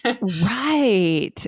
right